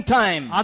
time